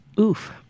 Oof